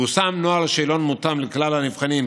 פורסם נוהל שאלון מותאם לכלל הנבחנים,